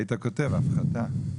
היית כותב הפחתה.